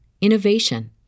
innovation